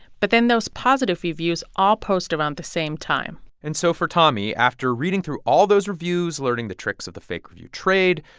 but then those positive reviews all post around the same time and so for tommy, after reading through all those reviews, learning the tricks of the fake review trade,